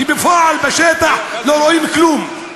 כשבפועל בשטח לא רואים כלום.